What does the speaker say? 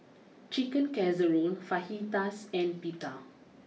Chicken Casserole Fajitas and Pita